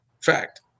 fact